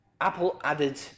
apple-added